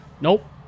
Nope